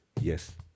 Yes